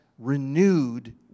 renewed